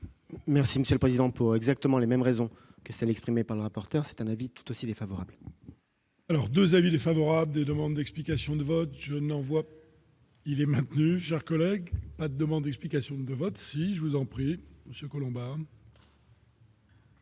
Monsieur le Président pour exactement les mêmes raisons que celles exprimées par le rapporteur, c'est un avis tout aussi défavorable. Alors 2 avis défavorables des demandes d'explications de vote je n'envoie. Il est maintenu, Jacques collègues demande explication de vote si je vous en prie, monsieur